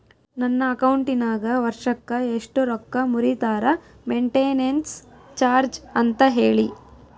ನನ್ನ ಅಕೌಂಟಿನಾಗ ವರ್ಷಕ್ಕ ಎಷ್ಟು ರೊಕ್ಕ ಮುರಿತಾರ ಮೆಂಟೇನೆನ್ಸ್ ಚಾರ್ಜ್ ಅಂತ ಹೇಳಿ?